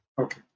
okay